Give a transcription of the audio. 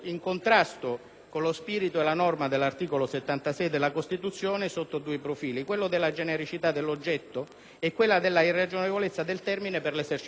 con lo spirito e la norma dell'articolo 76 della Costituzione; e ciò sotto due profili: quello della genericità dell'oggetto e quello della irragionevolezza del termine per l'esercizio della delega,